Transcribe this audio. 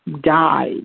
died